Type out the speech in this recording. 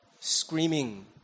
screaming